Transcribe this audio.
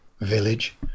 village